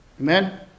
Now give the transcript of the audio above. Amen